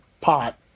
pot